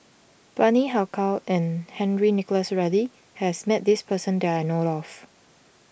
Bani Haykal and Henry Nicholas Ridley has met this person that I know of